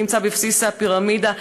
מי נמצא בבסיס הפירמידה.